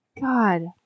God